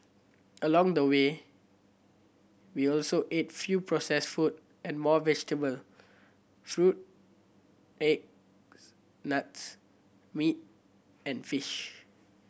along the way we also ate fewer processed food and more vegetable fruit eggs nuts meat and fish